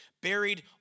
buried